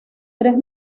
tres